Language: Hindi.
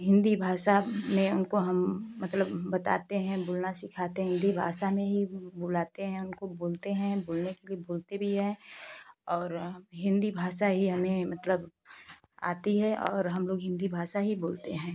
हिन्दी भाषा में उनको हम मतलब बताते हैं बोलना सिखाते हैं हिन्दी भाषा में ही बुलाते हैं उनको बोलते हैं बोलने के लिए बोलते भी हैं और हिन्दी भाषा ही हमें मतलब आती है और हम लोग हिन्दी भाषा ही बोलते हैं